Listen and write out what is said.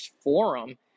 forum